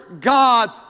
God